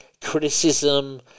criticism